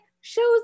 shows